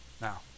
Now